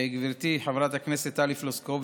גברתי חברת הכנסת טלי פלוסקוב,